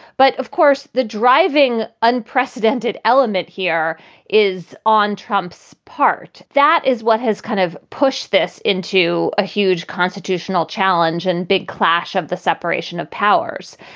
but, of course, the driving unprecedented element here is on trump's part. that is what has kind of pushed this into a huge constitutional challenge and big clash of the separation of powers.